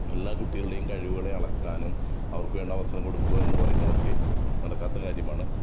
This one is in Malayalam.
എല്ലാ കുട്ടികളുടേയും കഴിവുകളെ അളക്കാനും അവർക്ക് വേണ്ട അവസരം കൊടുക്കുക എന്ന് പറയുന്നതൊക്കെ നടക്കാത്ത കാര്യമാണ്